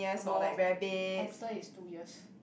hamster is two years